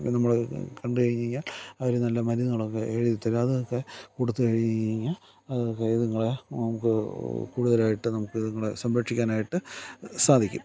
നമ്മൾ കണ്ടുകഴിഞ്ഞുകഴിഞ്ഞാൽ അവർ നല്ല മരുന്നുകളൊക്കെ എഴുതിത്തരും അതൊക്കെ കൊടുത്തു കഴിഞ്ഞാൽ അതൊക്കെ ഇതുങ്ങളെ നമുക്ക് കൂടുതലായിട്ട് നമുക്ക് അതുങ്ങളെ സംരക്ഷിക്കാനായിട്ട് സാധിക്കും